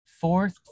fourth